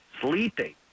sleeping